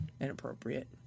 Inappropriate